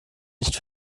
nicht